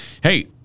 Hey